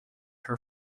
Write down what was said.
her